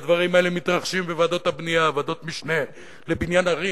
והדברים האלה מתרחשים בוועדות הבנייה ובוועדות משנה לבניין ערים.